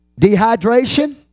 Dehydration